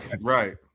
right